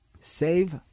Save